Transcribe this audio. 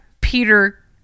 Peter